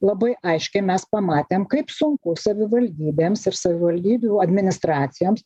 labai aiškiai mes pamatėm kaip sunku savivaldybėms ir savivaldybių administracijoms